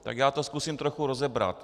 Tak já to zkusím trochu rozebrat.